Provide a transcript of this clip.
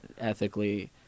ethically